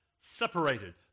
separated